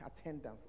attendance